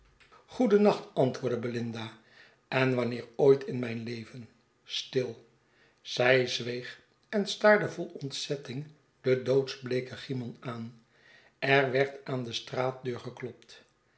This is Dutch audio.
goedennacht antwoordde belinda en wanneer ooit in mijn leven stil zij zweeg en staarde vol ontzetting den doodsbleeken cymon aan er werd aan de straatdeur geklopt